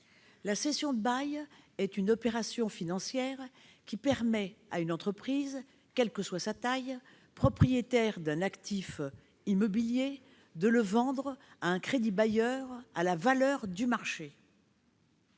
La cession-bail est une opération financière qui permet à une entreprise, quelle que soit sa taille, propriétaire d'un actif immobilier de le vendre à un crédit-bailleur au prix du marché.